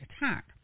attack